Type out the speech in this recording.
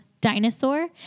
Dinosaur